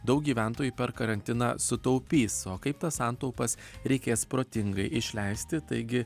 daug gyventojų per karantiną sutaupys o kaip tas santaupas reikės protingai išleisti taigi